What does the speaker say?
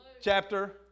Chapter